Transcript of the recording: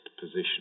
position